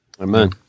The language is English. amen